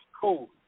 cool